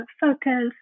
focus